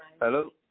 Hello